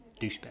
Douchebag